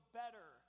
better